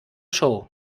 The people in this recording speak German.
show